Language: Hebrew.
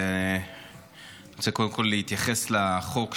אני רוצה קודם כול להתייחס לחוק,